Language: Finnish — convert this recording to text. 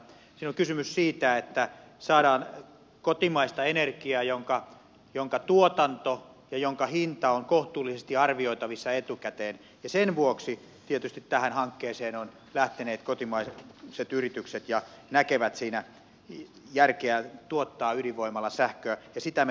siinä on kysymys siitä että saadaan kotimaista energiaa jonka tuotanto ja hinta ovat kohtuullisesti arvioitavissa etukäteen ja sen vuoksi tietysti tähän hankkeeseen ovat lähteneet kotimaiset yritykset jotka näkevät järkeä tuottaa ydinvoimalla sähköä ja sitä me tarvitsemme